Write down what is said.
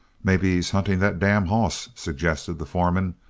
maybe he's hunting that damn hoss? suggested the foreman,